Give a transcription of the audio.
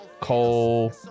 Cole